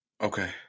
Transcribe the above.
okay